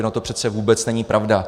No to přece vůbec není pravda.